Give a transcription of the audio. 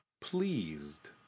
pleased